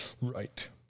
right